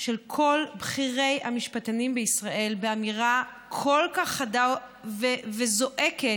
של כל בכירי המשפטנים בישראל באמירה כל כך חדה וזועקת.